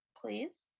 please